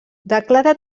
declara